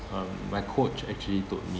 um my coach actually told me